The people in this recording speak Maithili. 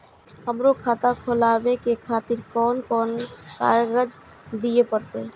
हमरो खाता खोलाबे के खातिर कोन कोन कागज दीये परतें?